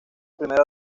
primera